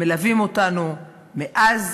מלווים אותנו מאז